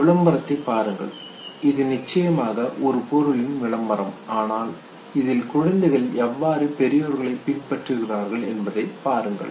இந்த விளம்பரத்தைப் பாருங்கள் இது நிச்சயமாக ஒரு பொருளின் விளம்பரம் ஆனால் இதில் குழந்தைகள் எவ்வாறு பெரியோர்களை பின்பற்றுகிறார்கள் என்பதைப் பாருங்கள்